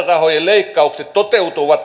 määrärahojen leikkaukset toteutuvat